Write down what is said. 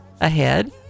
ahead